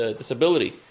disability